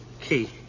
Key